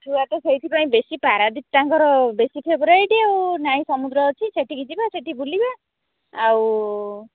ଛୁଆ ତ ସେଇଥିପାଇଁ ବେଶୀ ପାରାଦ୍ୱୀପ ତାଙ୍କର ବେଶୀ ଫେବରାଇଟ୍ ଆଉ ନାଇଁ ସମୁଦ୍ର ଅଛି ସେଠିକି ଯିବା ସେଠି ବୁଲିବା ଆଉ